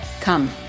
come